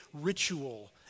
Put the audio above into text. ritual